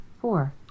Four